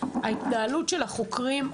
ההתנהלות של החוקרים,